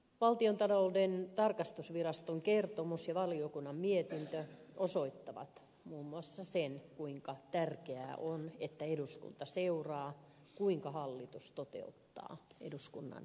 valtiontalouden tarkastusviraston kertomus ja valiokunnan mietintö osoittavat muun muassa sen kuinka tärkeää on että eduskunta seuraa kuinka hallitus toteuttaa eduskunnan päätöksiä